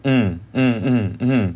mm mm mm mm